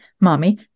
mommy